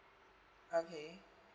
okay